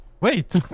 wait